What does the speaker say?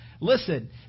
listen